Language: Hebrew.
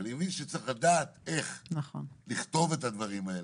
ואני מבין שצריך לדעת איך לכתוב את הדברים האלה,